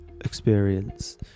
experience